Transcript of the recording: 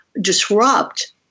disrupt